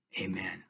Amen